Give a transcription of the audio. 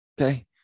Okay